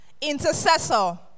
intercessor